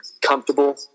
comfortable